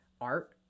art